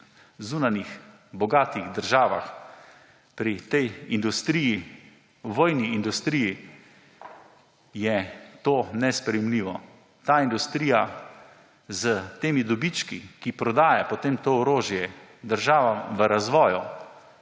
zunanjih bogatih državah, pri tej industriji, vojni industriji, je to nesprejemljivo. Ta industrija, ki prodaja potem to orožje državam v razvoju,